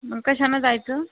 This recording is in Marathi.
मग कशानं जायचं